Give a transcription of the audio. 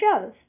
shows